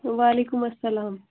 وعلیکُم اَسلام